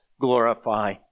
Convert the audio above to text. glorify